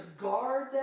guard